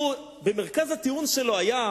מרכז הטיעון שלו היה: